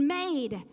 made